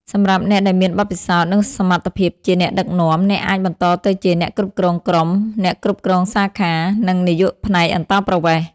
សម្រាប់អ្នកដែលមានបទពិសោធន៍ និងសមត្ថភាពភាពជាអ្នកដឹកនាំ អ្នកអាចបន្តទៅជា អ្នកគ្រប់គ្រងក្រុម អ្នកគ្រប់គ្រងសាខា និងនាយកផ្នែកអន្តោប្រវេសន៍។